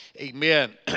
Amen